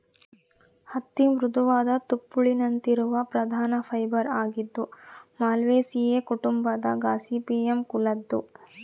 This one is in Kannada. ಹತ್ತಿ ಮೃದುವಾದ ತುಪ್ಪುಳಿನಂತಿರುವ ಪ್ರಧಾನ ಫೈಬರ್ ಆಗಿದ್ದು ಮಾಲ್ವೇಸಿಯೇ ಕುಟುಂಬದ ಗಾಸಿಪಿಯಮ್ ಕುಲದ್ದು